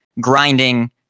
grinding